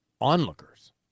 onlookers